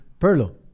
Perlo